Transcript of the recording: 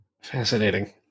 Fascinating